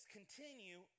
continue